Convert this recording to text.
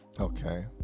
Okay